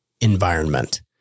environment